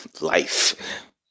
life